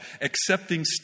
accepting